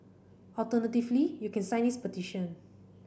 alternatively you can sign this petition